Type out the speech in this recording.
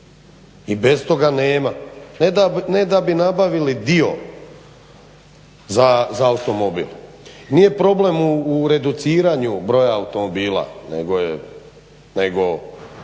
i bez toga nema, ne da bi nabavili dio za automobil. Nije problem u reduciranju broju automobila nego,